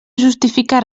justifica